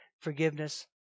forgiveness